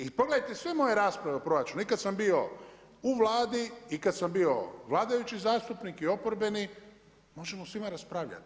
I pogledajte sve moje rasprave o proračunu, i kad sam bio u Vladi, i kad sam bio vladajući zastupnik i oporbeni, možemo o svima raspravljati.